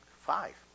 five